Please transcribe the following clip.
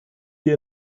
wir